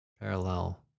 parallel